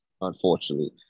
unfortunately